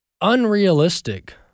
unrealistic